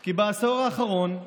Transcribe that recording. כי בעשור האחרון,